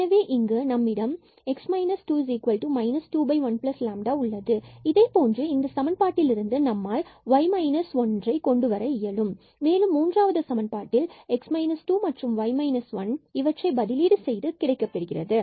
எனவே இங்கு நம்மிடம் x 2 21λ உள்ளது இதைப் போன்று இந்த சமன்பாட்டில் இருந்து நம்மால் y 1 11λ கொண்டு வர இயலும் மேலும் மூன்றாவது சமன்பாட்டில் and இதை பதிலீடு செய்து கிடைக்கப்பெறுகிறது